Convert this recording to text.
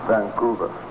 Vancouver